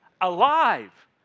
Alive